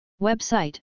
Website